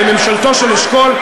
בממשלתו של אשכול,